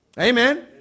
Amen